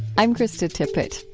i'm krista tippett.